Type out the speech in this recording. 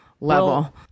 level